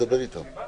הישיבה